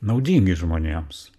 naudingi žmonėms